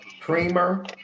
creamer